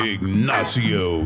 Ignacio